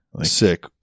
Sick